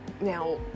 Now